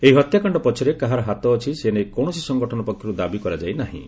ଏହି ହତ୍ୟାକାଣ୍ଡ ପଛରେ କାହାର ହାତ ଅଛି ସେ ନେଇ କୌଣସି ସଂଗଠନ ପକ୍ଷରୁ ଦାବି କରାଯାଇ ନାହିଁ